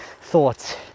thoughts